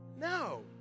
No